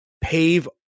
pave